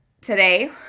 today